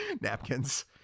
napkins